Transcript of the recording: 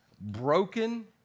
Broken